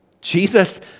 Jesus